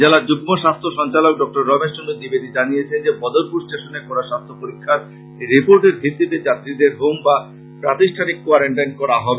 জেলার যুগ্ম স্বাস্থ্য সঞ্চালক ডক্টর রমেশ চন্দ্র দ্বিবেদী জানিয়েছেন যে বদরপুর স্টেশনে করা স্বাস্থ্য পরীক্ষার রির্পোটের ভিত্তিতে যাত্রীদের হোম বা প্রাতিষ্ঠানিক কোয়ারেনটাইন করা হবে